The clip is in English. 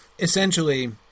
essentially